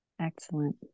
Excellent